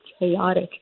chaotic